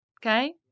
Okay